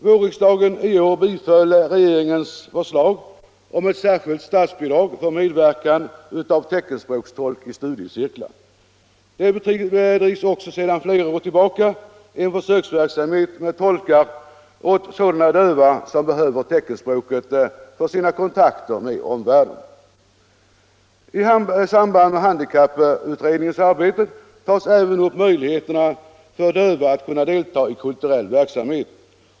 Vårriksdagen i år biföll regeringens förslag om ett särskilt statsbidrag för medverkan av teckenspråkstolk i studiecirklar. Det bedrivs också sedan flera år tillbaka en försöksverksamhet med tolkar åt sådana döva som behöver teckenspråket för sina kontakter med omvärlden. I samband med handikapputredningens arbete tas även upp möjligheterna för döva att deltaga i kulturell verksamhet.